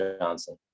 Johnson